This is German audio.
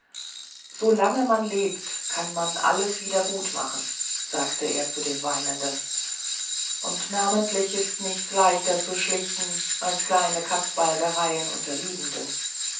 man lebt kann man alles wieder gut machen sagte er zu dem weinenden und namentlich ist nichts leichter zu schlichten als kleine katzbalgereien unter liebenden